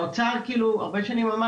האוצר הרבה שנים אמר,